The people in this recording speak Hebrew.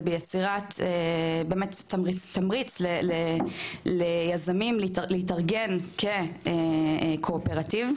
זה ביצירת תמריץ ליזמים להתארגן כקואופרטיב.